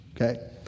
okay